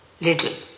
little